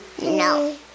No